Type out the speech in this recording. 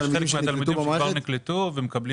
יש חלק מן התלמידים שכבר נקלטו ומקבלים